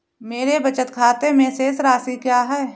मेरे बचत खाते में शेष राशि क्या है?